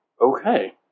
Okay